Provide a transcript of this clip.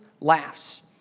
laughs